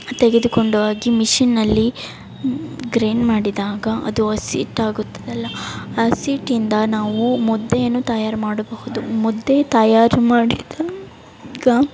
ತೆಗೆದುಕೊಂಡು ಹೋಗಿ ಮಿಷಿನ್ ಅಲ್ಲಿ ಗ್ರೈಂಡ್ ಮಾಡಿದಾಗ ಅದು ಹಸಿ ಹಿಟ್ಟಾಗುತ್ತದಲ್ಲ ಹಸಿ ಹಿಟ್ಟಿಂದ ನಾವು ಮುದ್ದೆಯನ್ನು ತಯಾರು ಮಾಡಬಹುದು ಮುದ್ದೆ ತಯಾರು ಮಾಡಿದಾಗ